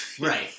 right